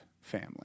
family